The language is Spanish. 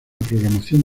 programación